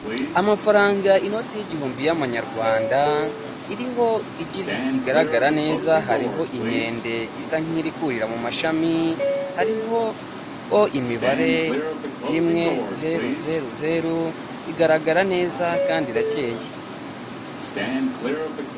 Amafaranga inoti y'igihumbi y'Amanyarwanda iriho igi rigaragara neza hariho inkende isa nk'iri kurira mu mashami, hariho imibare rimwe zeru zeru zeru igaragara neza kandi irakeye.